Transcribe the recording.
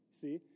See